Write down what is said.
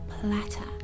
platter